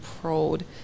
proud